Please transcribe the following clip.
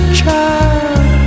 child